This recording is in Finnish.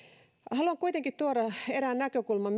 haluan kuitenkin tuoda erään näkökulman